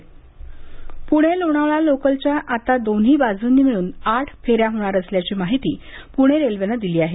प्णे लोणावळा लोकलच्या आता दोन्ही बाजूंनी मिळून आठ फेऱ्या होणार असल्याची माहिती प्णे रेल्वेनं दिली आहे